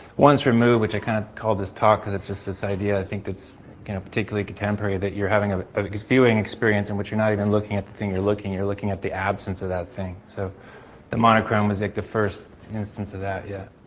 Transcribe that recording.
once removed which i kind of call this talk because it's just this idea i think that's in a particularly contemporary that you're having ah ah a viewing experience in which you're not even looking at the thing, you're looking you're looking at the absence of that thing, so the monochrome was like the first instance of that, yeah.